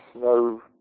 no